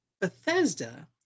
Bethesda